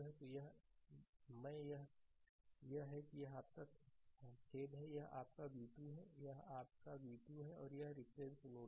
तो मैं यह है कि यह आपका खेद है यह आपका v2 है यह आपका v2 है और यह रिफरेंस नोड है